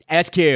SQ